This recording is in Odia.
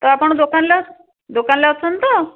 ତ ଆପଣ ଦୋକାନରେ ଦୋକାନରେ ଅଛନ୍ତି ତ